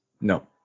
No